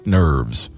nerves